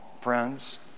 friends